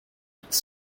its